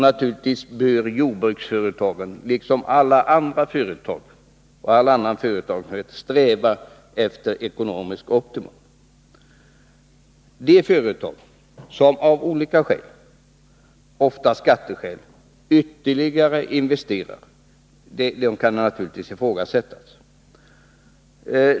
Naturligtvis bör jordbruksföretagen liksom alla andra företag sträva efter ekonomiskt optimum. Om företag av olika skäl, ofta skatteskäl, investerar Nr 106 ytterligare, kan det naturligtvis ifrågasättas.